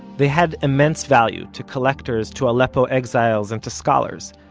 they had immense value to collectors to aleppo exiles and to scholars,